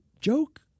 joke